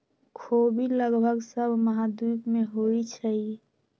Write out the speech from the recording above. ख़ोबि लगभग सभ महाद्वीप में होइ छइ